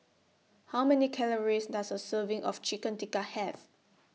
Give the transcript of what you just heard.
How Many Calories Does A Serving of Chicken Tikka Have